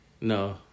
No